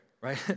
right